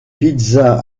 pizzas